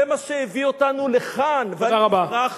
זה מה שהביא אותנו לכאן, תודה רבה.